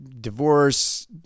Divorce